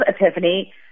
Epiphany